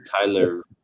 Tyler